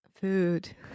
food